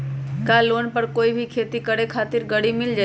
का लोन पर कोई भी खेती करें खातिर गरी मिल जाइ?